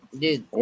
dude